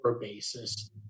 basis